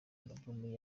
album